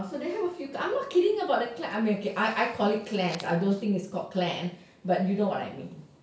so they have a few I'm not kidding about the clan I may have okay I call it clans I don't think it's called clan but you know what I mean